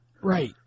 Right